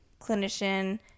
clinician